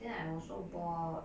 then I also bought